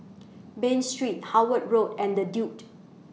Bain Street Howard Road and The Duke